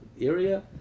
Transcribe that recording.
area